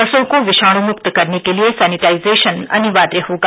बसों को विषाणुमुक्त करने के लिए सैनिटाइजेशन अनिवार्य होगा